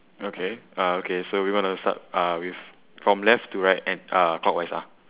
okay uh okay so we want to start uh with from left to right and uh clockwise ah